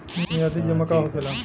मियादी जमा का होखेला?